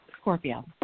Scorpio